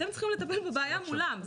אתם צריכים לטפל בבעיה מולם.